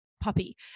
puppy